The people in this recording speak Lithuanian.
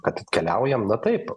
kad keliaujam na taip